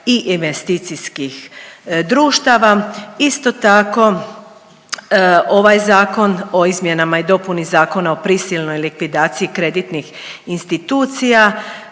i investicijskih društava. Isto tako, ovaj Zakon o izmjenama i dopuni Zakona o prisilnoj likvidaciji kreditnih institucija